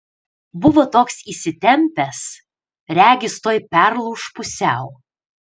buvo toks įsitempęs regis tuoj perlūš pusiau